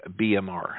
BMR